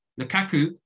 Lukaku